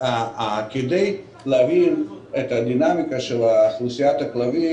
כדי להבין את הדינמיקה של אוכלוסיית הכלבים